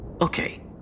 Okay